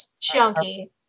chunky